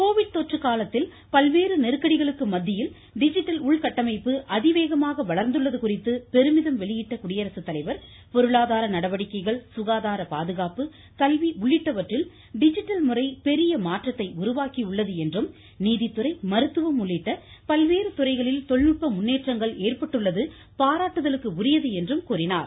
Covid தொற்று காலத்தில் பல்வேறு நெருக்கடிகளுக்கு மத்தியில் டிஜிட்டல் உள்கட்டமைப்பு அதிவேகமாக வளர்ந்துள்ளது குறித்து பெருமிதம் வெளியிட்ட குடியரசு தலைவர் பொருளாதார நடவடிக்கைகள் சுகாதார பாதுகாப்பு கல்வி உள்ளிட்டவற்றில் டிஜிட்டல் முறை பெரிய மாற்றத்தை உருவாக்கியுள்ளது என்றும் நீதித்துறை மருத்துவம் உள்ளிட்ட பல்வேறு துறைகளில் தொழில்நுட்ப முன்னேற்றங்கள் ஏற்பட்டுள்ளது பாராட்டுதலுக்குரியது என்றும் கூறினார்